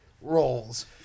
roles